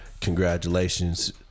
Congratulations